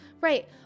Right